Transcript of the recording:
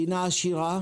מדינה עשירה